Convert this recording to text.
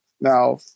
Now